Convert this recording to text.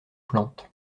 plantes